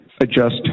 adjust